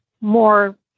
more